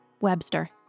Webster